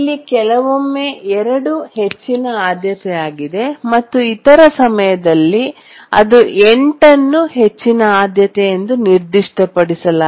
ಇಲ್ಲಿ ಕೆಲವೊಮ್ಮೆ 2 ಹೆಚ್ಚಿನ ಆದ್ಯತೆಯಾಗಿದೆ ಮತ್ತು ಇತರ ಸಮಯದಲ್ಲಿ ಅದು 8 ಅನ್ನು ಹೆಚ್ಚಿನ ಆದ್ಯತೆಯೆಂದು ನಿರ್ದಿಷ್ಟಪಡಿಸಲಾಗಿದೆ